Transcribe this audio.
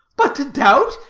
but to doubt,